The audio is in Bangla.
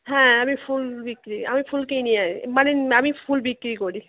হ্যাঁ আমি ফুল বিক্রি আমি ফুল কিনি আর মানে আমি ফুল বিক্রি করি